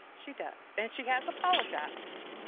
she does and she has apologized.